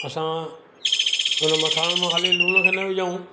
असां हुन मसालनि मां ख़ाली लूण खे न विझूं